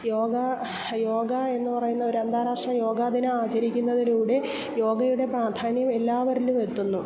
യോഗ യോഗ എന്നു പറയുന്ന ഒരു അന്താരാഷ്ട്ര യോഗ ദിനം ആചരിക്കുന്നതിലൂടെ യോഗയുടെ പ്രാധാന്യം എല്ലാവരിലും എത്തുന്നു